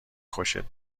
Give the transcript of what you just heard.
خوشت